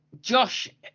Josh